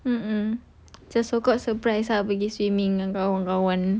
mmhmm just so called surprise ah pergi swimming dengan kawan-kawan